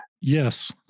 Yes